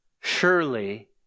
surely